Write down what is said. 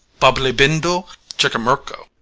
boblibindo chicurmurco.